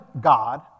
God